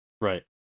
Right